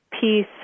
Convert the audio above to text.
peace